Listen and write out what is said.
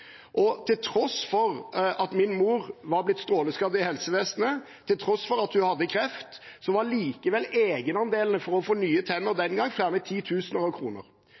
Til tross for at min mor var blitt stråleskadd i helsevesenet, til tross for at hun hadde kreft, var likevel egenandelene for å få nye tenner den gangen flere titusener av kroner.